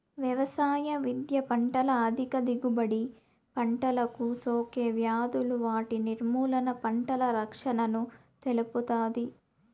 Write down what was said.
వ్యవసాయ విద్య పంటల అధిక దిగుబడి, పంటలకు సోకే వ్యాధులు వాటి నిర్మూలన, పంటల రక్షణను తెలుపుతాది